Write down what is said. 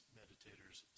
meditators